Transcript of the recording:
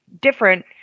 different